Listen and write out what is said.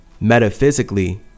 metaphysically